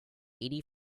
eighty